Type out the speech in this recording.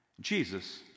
Jesus